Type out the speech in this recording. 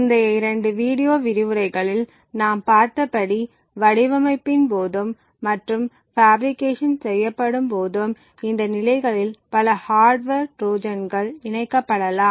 முந்தைய இரண்டு வீடியோ விரிவுரைகளில் நாம் பார்த்தபடி வடிவமைப்பின் போதும் மற்றும் பாஃபிரிகேஷன் செய்யப்படும் போதும் இந்த நிலைகளில் பல ஹார்ட்வர் ட்ரோஜான்கள் இணைக்கப்படலாம்